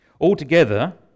Altogether